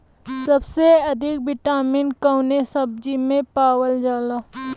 सबसे अधिक विटामिन कवने सब्जी में पावल जाला?